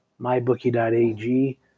mybookie.ag